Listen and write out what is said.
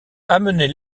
amenez